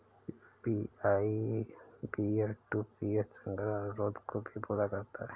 UPI peer to peer संग्रह अनुरोध को भी पूरा करता है